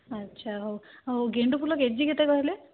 ଆଚ୍ଛା ହଉ ଆଉ ଗେଣ୍ଡୁ ଫୁଲ କେଜି କେତେ କହିଲେ